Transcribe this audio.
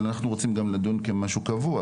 אבל אנחנו רוצים גם לדון כמשהו קבוע,